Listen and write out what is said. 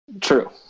True